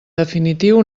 definitiu